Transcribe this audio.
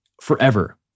forever